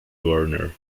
warner